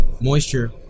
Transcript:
moisture